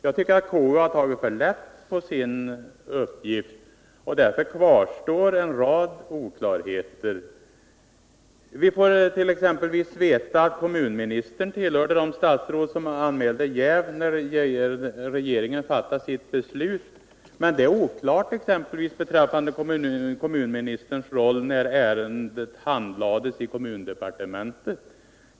Jag tycker att KU har tagit för lätt på sin uppgift, och därför kvarstår en rad oklarheter. Vi får exempelvis veta att kommunministern tillhörde de statsråd som anmälde jäv när regeringen fattade sitt beslut. Men det är oklart vilken roll kommunministern spelade när ärendet handlades i kommundepartementet.